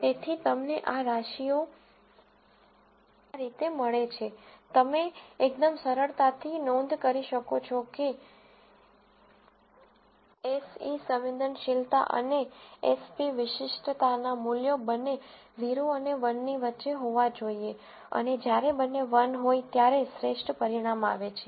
તેથી તમને આ રેશીયો આ રીતે મળે છે તમે એકદમ સરળતાથી નોંધ કરી શકો છો કે એસઈ સંવેદનશીલતા અને એસપી વિશિષ્ટતાના મૂલ્યો બંને 0 અને 1 ની વચ્ચે હોવા જોઈએ અને જ્યારે બંને 1 હોય ત્યારે શ્રેષ્ઠ પરિણામ આવે છે